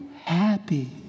happy